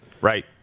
Right